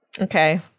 Okay